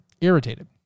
irritated